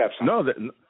No